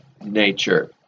nature